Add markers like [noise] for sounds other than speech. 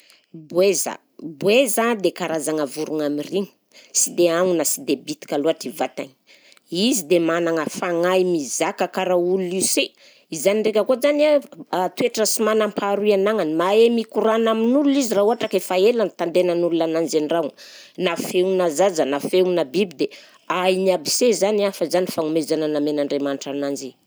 Boeza, boeza de karazagna vorogna amiriny, sy dia agnona sy dia bitika loatra i vatany, izy dia managna fagnahy mizaka karaha olona io se, izany ndraika koa zany a [hesitation] toetra sy manam-paharoy anagnany, mahay mikorana amin'olona izy raha ohatra ka efa ela nitandenan'olona ananjy an-dragno, na feonà zaza, na feonà biby dia hainy aby se zany a fa zany fagnomezana namen'Andriamanitra ananjy.